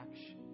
action